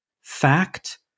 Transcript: Fact